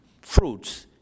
fruits